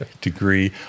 degree